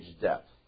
depth